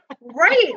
right